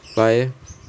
friday